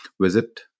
visit